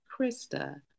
Krista